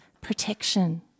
protection